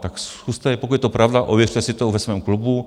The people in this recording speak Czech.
Tak zkuste, pokud je to pravda, ověřte si to ve svém klubu.